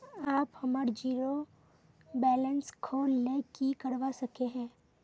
आप हमार zero balance खोल ले की करवा सके है?